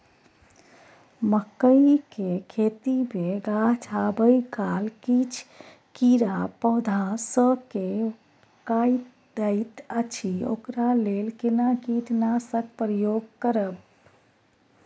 मकई के खेती मे गाछ आबै काल किछ कीरा पौधा स के काइट दैत अछि ओकरा लेल केना कीटनासक प्रयोग करब?